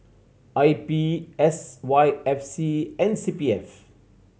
I P S Y F C and C P F